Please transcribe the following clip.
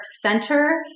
center